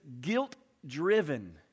guilt-driven